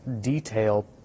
detail